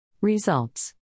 Results